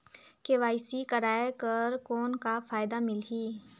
KYC कराय कर कौन का फायदा मिलही?